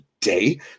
day